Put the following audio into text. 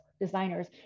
designers